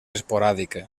esporàdica